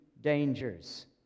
dangers